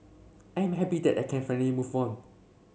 I am happy that I can finally move on